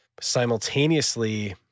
Simultaneously